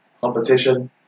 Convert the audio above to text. competition